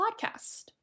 podcast